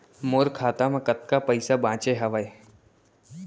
मोर खाता मा कतका पइसा बांचे हवय?